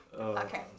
Okay